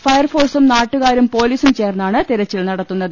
ഫയർഫോഴ്സും നാട്ടുകാരും പൊലീസും ചേർന്നാണ് തെരച്ചിൽ നടത്തുന്നത്